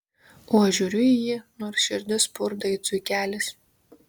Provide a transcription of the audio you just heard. o aš žiūriu į jį nors širdis spurda it zuikelis